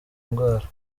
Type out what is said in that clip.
indwara